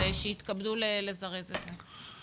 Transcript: אז שיתכבדו לזרז את זה.